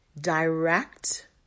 direct